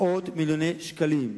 מאות-מיליוני שקלים,